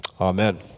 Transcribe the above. Amen